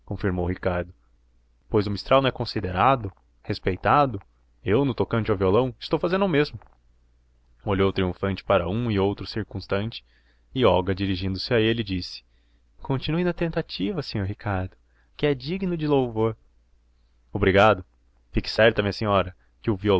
confirmou ricardo pois o mistral não é considerado respeitado eu no tocante ao violão estou fazendo o mesmo olhou triunfante para um e outro circunstante e olga dirigindo-se a ele disse continue na tentativa senhor ricardo que é digno de louvor obrigado fique certa minha senhora que o